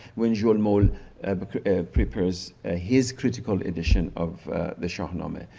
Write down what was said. when jean mohl prepares ah his critical edition of the shahnameh.